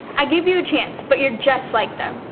i gave you a chance, but you're just like them.